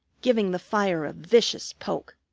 giving the fire a vicious poke.